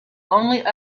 only